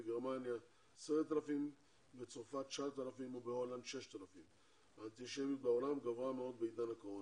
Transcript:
בגרמניה 10,000 ובצרפת 9,000 ובהולנד 6,000. האנטישמיות בעולם גברה מאוד בעידן הקורונה.